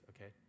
okay